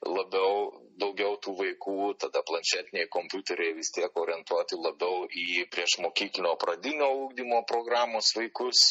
labiau daugiau tų vaikų tada planšetiniai kompiuteriai vis tiek orientuoti labiau į priešmokyklinio pradinio ugdymo programos vaikus